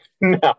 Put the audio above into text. No